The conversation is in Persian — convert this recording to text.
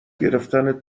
گرفتن